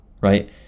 right